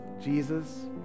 Jesus